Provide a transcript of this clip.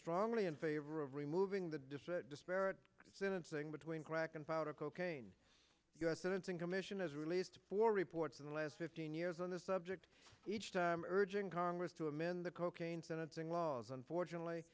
strongly in favor of removing the district disparate sentencing between crack and powder cocaine u s sentencing commission has released four reports in the last fifteen years on the subject each time urging congress to amend the cocaine sentencing laws unfortunately